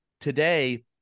today